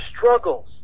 struggles